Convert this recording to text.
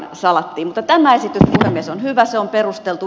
mutta tämä esitys puhemies on hyvä se on perusteltu